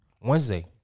Wednesday